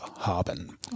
haben